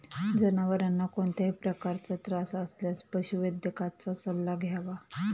जनावरांना कोणत्याही प्रकारचा त्रास असल्यास पशुवैद्यकाचा सल्ला घ्यावा